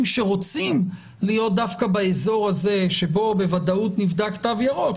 שרוצים להיות דווקא באזור הזה שבו בוודאות נבדק תו ירוק,